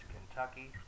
Kentucky